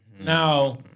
now